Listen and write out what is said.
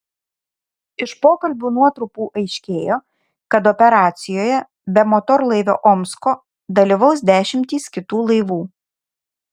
iš pokalbių nuotrupų aiškėjo kad operacijoje be motorlaivio omsko dalyvaus dešimtys kitų laivų